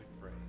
pray